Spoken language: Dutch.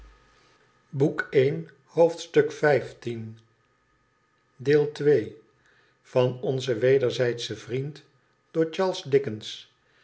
vrie onze wederzijdsche vriend door charles dickens